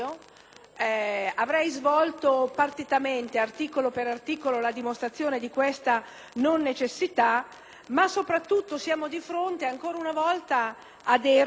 avrei svolto partitamente, articolo per articolo, la dimostrazione di tale mancanza di necessità - ma, soprattutto, siamo di fronte ancora una volta al